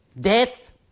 death